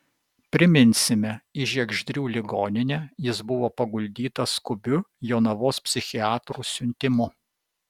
priminsime į žiegždrių ligoninę jis buvo paguldytas skubiu jonavos psichiatrų siuntimu